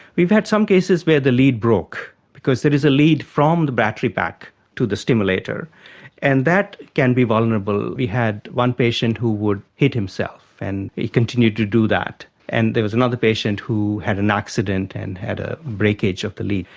we've had some cases where the lead broke, because there is a lead from the battery pack to the stimulator and that can be vulnerable. we had one patient who would hit himself, and he continued to do that. and there was another patient who had an accident and had a breakage of the lead.